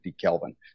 Kelvin